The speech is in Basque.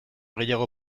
gehiago